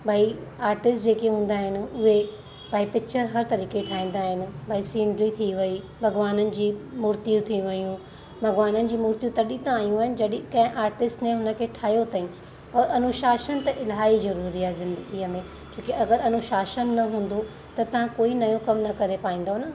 भई आर्टिस्ट जेके हूंदा आहिनि उहे भई पिचर हर तरीक़े ठाहींदा आहिनि भई सिनरी थी वई भॻवाननि जी मूर्तियूं थी वियूं भॻवाननि जी मूर्तियूं तॾहिं त आयूं आहिनि जॾहिं कंहिं आर्टिस्ट ने उन खे ठाहियो अथईं और अनुशासन त इलाही ज़रूरी आहे ज़िंदगीअ में छोकी अगरि अनुशासन न हूंदो त तव्हां कोई नयों कम न करे पाईंदो न